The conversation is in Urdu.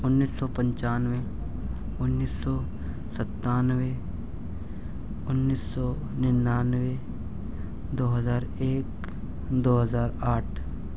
انیس سو پچانوے انیس سو ستانوے انیس سو ننانوے دو ہزار ایک دو ہزار آٹھ